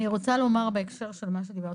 אני רוצה לומר בהקשר של מה שדובר פה עכשיו.